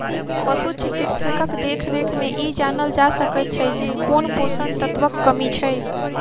पशु चिकित्सकक देखरेख मे ई जानल जा सकैत छै जे कोन पोषण तत्वक कमी छै